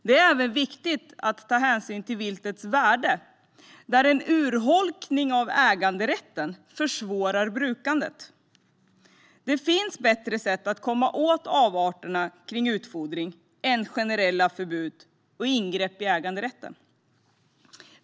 Det är även viktigt att ta hänsyn till viltets värde, då en urholkning av äganderätten försvårar brukandet. Det finns bättre sätt att komma åt avarterna av utfodring än generella förbud och ingrepp i äganderätten.